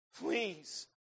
Please